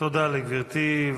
תודה לגברתי.